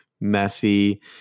messy